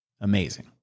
amazing